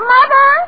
Mother